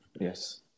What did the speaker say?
Yes